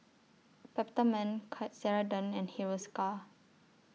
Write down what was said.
Peptamen Ceradan and Hiruscar